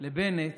לבנט